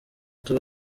tuba